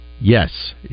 Yes